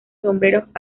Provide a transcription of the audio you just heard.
sombreros